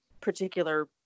particular